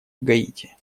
гаити